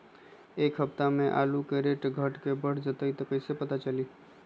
एक सप्ताह मे आलू के रेट घट ये बढ़ जतई त कईसे पता चली?